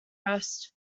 rest